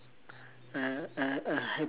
a a a hap~